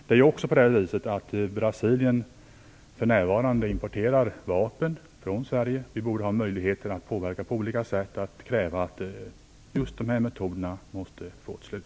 Det är också så att Brasilien för närvarande importerar vapen från Sverige. Vi borde ha möjlighet att på olika sätt påverka och kräva att just dessa metoder får ett slut.